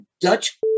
Dutch